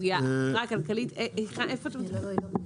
חברה כלכלית --- בסדר,